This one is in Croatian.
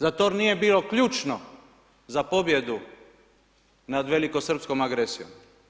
Zar to nije bilo ključno za pobjedu nad velikosrpskom agresijom?